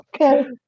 okay